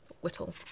Whittle